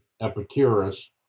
Epicurus